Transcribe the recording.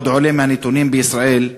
עוד עולה מהנתונים בישראל,